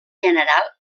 general